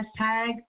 hashtag